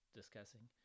discussing